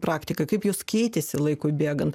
praktika kaip jos keitėsi laikui bėgant